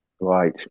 Right